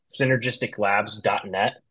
Synergisticlabs.net